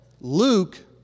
Luke